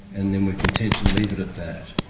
and then we're content to leave it at that.